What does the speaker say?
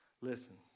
Listen